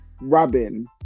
Robin